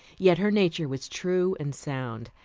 yet her nature was true and sound,